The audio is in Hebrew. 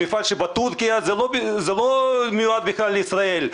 המפעל בטורקיה לא מיועד בכלל לישראל,